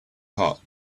hot